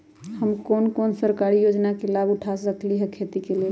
हम कोन कोन सरकारी योजना के लाभ उठा सकली ह खेती के लेल?